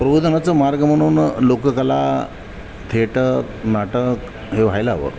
प्रबोधनाचा मार्ग म्हणून लोककला थेटर नाटक हे व्हायला हवं